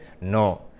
No